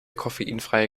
koffeinfreie